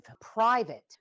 private